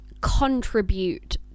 contribute